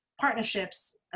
partnerships